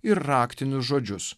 ir raktinius žodžius